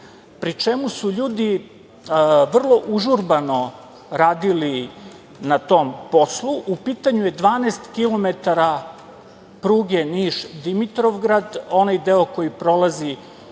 pri čemu su ljudi vrlo užurbano radili na tom poslu. U pitanju je 12 kilometara pruge Niš-Dimitrovgrad, onaj deo koji prolazi